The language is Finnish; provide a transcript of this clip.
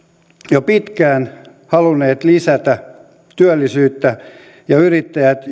jo pitkään halunneet lisätä työllisyyttä ja yrittäjät